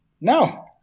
No